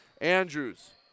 Andrews